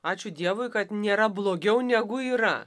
ačiū dievui kad nėra blogiau negu yra